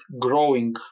growing